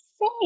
say